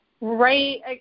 right –